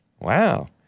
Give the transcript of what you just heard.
Wow